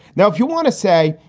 now, if you want to say,